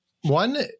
One